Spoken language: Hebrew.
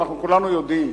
אנחנו כולנו יודעים.